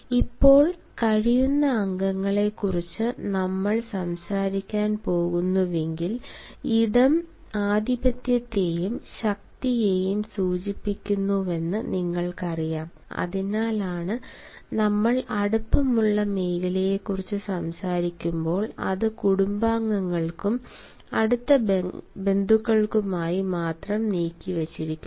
ഇപ്പോൾ കഴിയുന്ന അംഗങ്ങളെക്കുറിച്ച് നമ്മൾ സംസാരിക്കാൻ പോകുന്നുവെങ്കിൽ ഇടം ആധിപത്യത്തെയും ശക്തിയെയും സൂചിപ്പിക്കുന്നുവെന്ന് നിങ്ങൾക്കറിയാം അതിനാലാണ് നമ്മൾ അടുപ്പമുള്ള മേഖലയെക്കുറിച്ച് സംസാരിക്കുമ്പോൾ അത് കുടുംബാംഗങ്ങൾക്കും അടുത്ത ബന്ധുക്കൾക്കുമായി മാത്രം നീക്കിവച്ചിരിക്കുന്നത്